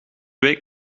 week